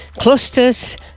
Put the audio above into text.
clusters